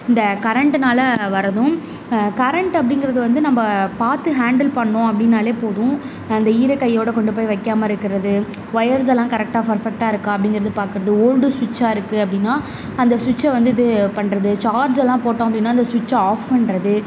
இந்த கரண்ட்டுனால வரதும் கரண்ட்டு அப்படிங்கிறது வந்து நம்ப பார்த்து ஹேண்டில் பண்ணோம் அப்படின்னாலே போதும் இந்த ஈரக்கையோட கொண்டு போய் வைக்காம இருக்கிறது ஒயர்ஸெல்லம் கரெக்டாக பர்ஃபெக்ட்டாக இருக்கா அப்படிங்கிறது பார்க்குறது ஓல்டு சுவிட்சாக இருக்கு அப்படின்னா அந்த சுவிட்சை வந்து இது பண்ணுறது சார்ஜெல்லாம் போட்டோம் அப்படின்னா அந்த சுவிட்சை ஆஃப் பண்ணுறது